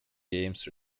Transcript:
games